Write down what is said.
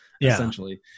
essentially